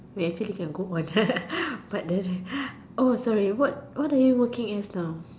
wait actually can book one but sorry what what are you working as now